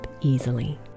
easily